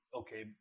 okay